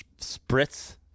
spritz